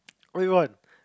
what do you want